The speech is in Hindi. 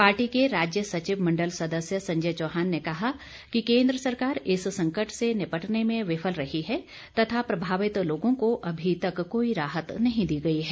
पार्टी के राज्य सचिव मंडल सदस्य संजय चौहान ने कहा कि केंद्र सरकार इस संकट से निपटने में विफल रही है तथा प्रभावित लोगों को अभी तक कोई राहत नहीं दी गई है